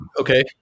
okay